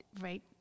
right